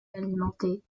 alimenté